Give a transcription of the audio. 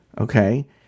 Okay